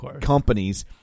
companies